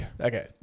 Okay